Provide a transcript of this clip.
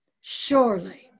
Surely